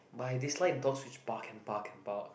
but I dislike dogs which bark and bark and bark